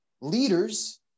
leaders